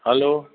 hello